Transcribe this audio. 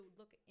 look